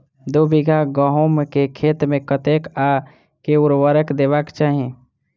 दु बीघा गहूम केँ खेत मे कतेक आ केँ उर्वरक देबाक चाहि?